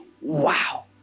wow